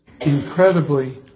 incredibly